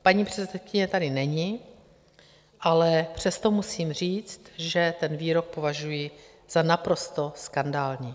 Paní předsedkyně tady není, ale přesto musím říct, že ten výrok považuji za naprosto skandální.